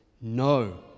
No